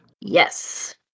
Yes